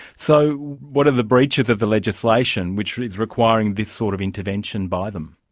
so, what are the breaches of the legislation which is requiring this sort of intervention by them?